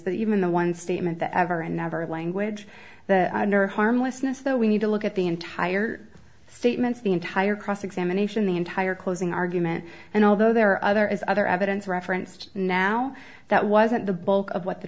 that even the one statement that ever and never language or harmlessness though we need to look at the entire statements the entire cross examination the entire closing argument and although there are other is other evidence referenced now that wasn't the bulk of what the